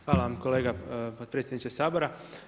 Hvala vam kolega potpredsjedniče Sabora.